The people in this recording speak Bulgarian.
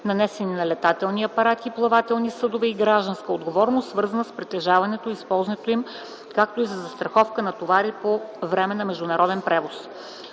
нанесени на летателни апарати, плавателни съдове и гражданската отговорност, свързана с притежаването и използването им, както и за застраховка на товари по време на международен превоз.